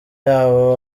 yabo